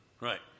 Right